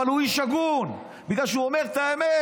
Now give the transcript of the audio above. אבל הוא איש הגון בגלל שהוא אומר את האמת.